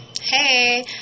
hey